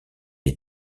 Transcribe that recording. est